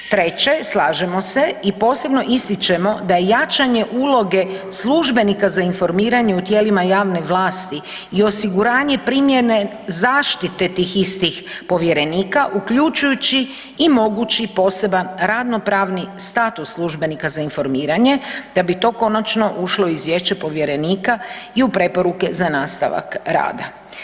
Treće, slažemo se i posebno ističemo da je jačanje uloge službenika za informiranje u tijelima javne vlasti i osiguranje primjene zaštite tih istih povjerenika, uključujući i mogući poseban radnopravni status službenika za informiranje da bi to konačno ušlo u izvješće u povjerenika i u preporuke za nastavak rada.